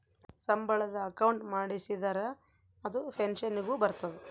ಸಂಬಳದ ಅಕೌಂಟ್ ಮಾಡಿಸಿದರ ಅದು ಪೆನ್ಸನ್ ಗು ಬರ್ತದ